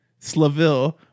Slaville